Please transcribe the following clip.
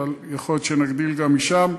אבל יכול להיות שנגדיל גם משם,